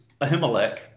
Ahimelech